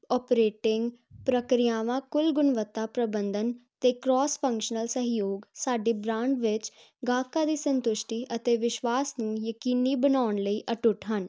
operating ਪ੍ਰਕਿਰਿਆਵਾਂ ਕੁੱਲ ਗੁਣਵੱਤਾ ਪ੍ਰਬੰਧਨ ਅਤੇ ਕ੍ਰਾਸ ਫੰਕਸ਼ਨਲ ਸਹਿਯੋਗ ਸਾਡੇ ਬ੍ਰਾਂਡ ਵਿੱਚ ਗਾਹਕਾਂ ਦੀ ਸੰਤੁਸ਼ਟੀ ਅਤੇ ਵਿਸ਼ਵਾਸ ਨੂੰ ਯਕੀਨੀ ਬਣਾਉਣ ਲਈ ਅਟੁੱਟ ਹਨ